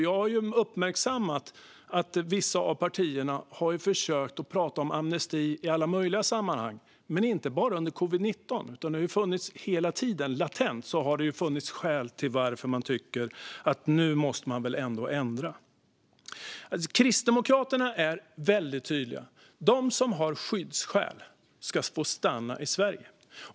Jag har uppmärksammat att vissa av partierna har försökt tala om amnesti i alla möjliga sammanhang, men inte bara under covid-19-pandemin. Det har hela tiden funnits skäl till att dessa partier tycker att man måste ändra på detta. Kristdemokraterna är väldigt tydliga. De som har skyddsskäl ska få stanna i Sverige.